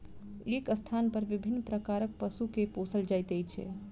एक स्थानपर विभिन्न प्रकारक पशु के पोसल जाइत छै